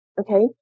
Okay